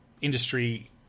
industry